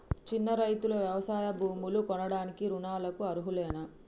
చిన్న రైతులు వ్యవసాయ భూములు కొనడానికి రుణాలకు అర్హులేనా?